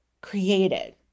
created